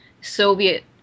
Soviet